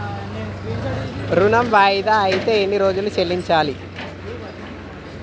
ఋణం వాయిదా అత్తే ఎన్ని రోజుల్లో చెల్లించాలి?